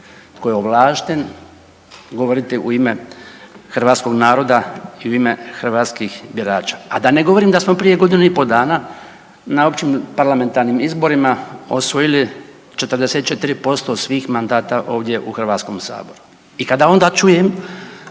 tko je ovlašten govoriti u ime hrvatskog naroda i u ime hrvatskih birača. A da ne govorim da smo prije godinu i pol dana na općim parlamentarnim izborima osvojili 44% svih mandata ovdje u Hrvatskom saboru. I kada onda čujem